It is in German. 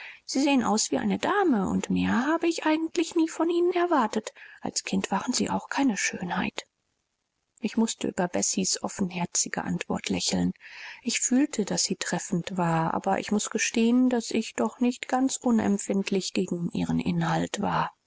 sie sehen aus wie eine dame und mehr habe ich eigentlich nie von ihnen erwartet als kind waren sie auch keine schönheit ich mußte über bessies offenherzige antwort lächeln ich fühlte daß sie treffend war aber ich muß gestehen daß ich doch nicht ganz unempfindlich gegen ihren inhalt war